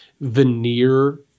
veneer